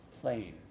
plain